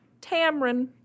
Tamron